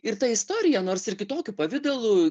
ir ta istorija nors ir kitokiu pavidalu